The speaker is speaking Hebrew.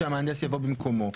שהמהנדס יבוא במקומו,